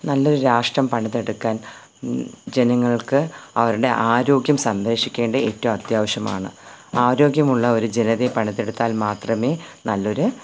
നല്ലൊരു രാഷ്ട്രം പണിതെടുക്കാൻ ജനങ്ങൾക്ക് അവരുടെ ആരോഗ്യം സംരക്ഷിക്കേണ്ട ഏറ്റവും അത്യാവശ്യമാണ് ആരോഗ്യമുള്ള ഒരു ജനതയെ പണിതെടുത്താൽ മാത്രമേ നല്ലൊരു